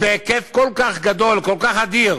בהיקף כל כך גדול, כל כך אדיר,